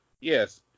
yes